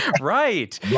right